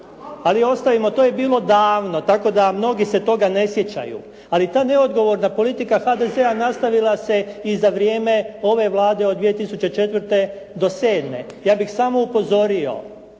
Ali ostavimo to, to je bilo davno tako da mnogi se toga ne sjećaju, ali ta neodgovorna politika HDZ-a nastavila se i za vrijeme ove Vlade od 2004. do 2007. Ja bih samo upozorio